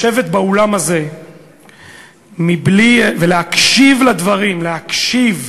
לשבת באולם הזה ולהקשיב לדברים, להקשיב,